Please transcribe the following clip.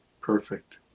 Perfect